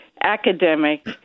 academic